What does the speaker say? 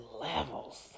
levels